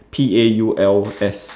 P A U L S